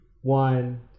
one